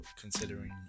considering